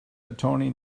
attorney